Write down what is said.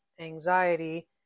anxiety